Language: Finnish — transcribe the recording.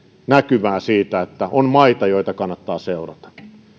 näkymää siitä että on maita joita kannattaa seurata